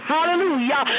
Hallelujah